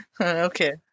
Okay